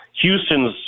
Houston's